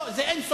לא, זה אין-סוף,